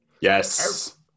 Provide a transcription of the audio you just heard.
Yes